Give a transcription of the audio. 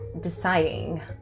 deciding